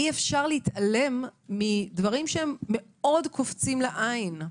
אי אפשר להתעלם מדברים שהם מאוד קופצים לעין,